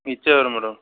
ఇచ్చారు మేడం